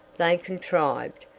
they contrived,